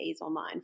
online